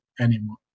anymore